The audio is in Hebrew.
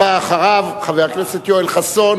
הבא אחריו הוא חבר הכנסת יואל חסון,